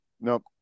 no